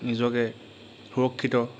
নিজকে সুৰক্ষিত